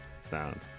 sound